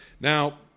Now